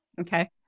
Okay